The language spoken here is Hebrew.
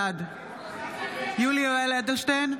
בעד יולי יואל אדלשטיין,